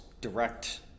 direct